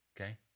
okay